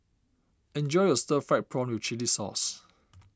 enjoy your Stir Fried Prawn with Chili Sauce